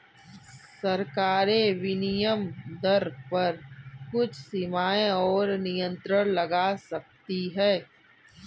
सरकारें विनिमय दर पर कुछ सीमाएँ और नियंत्रण लगा सकती हैं